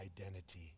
identity